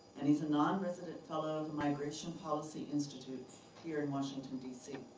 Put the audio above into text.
and he's a nonresident fellow of the migration policy institute here in washington, dc.